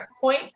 point